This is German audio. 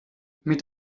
mit